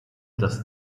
das